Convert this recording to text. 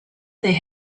they